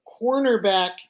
Cornerback